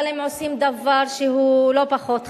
אבל הם עושים דבר שהוא לא פחות חשוב,